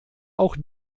auch